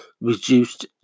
reduced